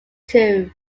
too